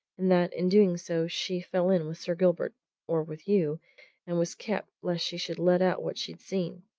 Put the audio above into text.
and that in doing so she fell in with sir gilbert or with you and was kept, lest she should let out what she'd seen.